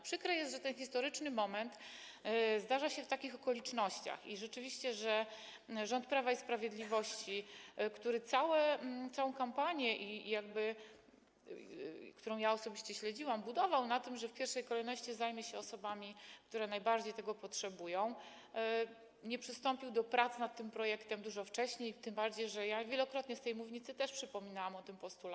Przykre jest, że ten historyczny moment zdarza się w takich okolicznościach, że rzeczywiście rząd Prawa i Sprawiedliwości - który całą kampanię, którą ja osobiście śledziłam, budował na tym, że w pierwszej kolejności zajmie się osobami, które najbardziej tego potrzebują - nie przystąpił do prac nad tym projektem dużo wcześniej, tym bardziej że wielokrotnie z tej mównicy przypominałam o tym postulacie.